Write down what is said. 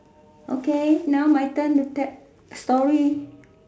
okay now my turn to tap story